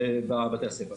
בבתי הספר.